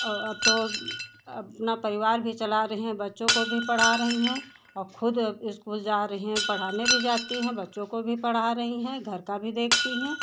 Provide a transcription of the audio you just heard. और अब तो अपना परिवार भी चला रही हैं और बच्चों को भी पढ़ा रही हैं और खुद स्कूल जा रही हैं पढ़ाने भी जाती हैं बच्चों को भी पढ़ा रही हैं घर का भी देखती हैं